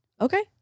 Okay